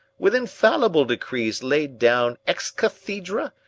with infallible decrees laid down ex cathedra,